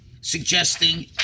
suggesting